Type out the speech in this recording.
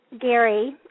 Gary